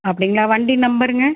அப்படிங்களா வண்டி நம்பருங்க